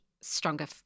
stronger